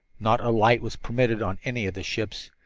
not a light was permitted on any of the ships,